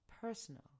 personal